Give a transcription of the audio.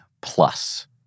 plus